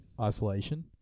isolation